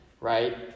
right